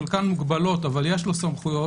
חלקן מוגבלות אבל יש לו סמכויות,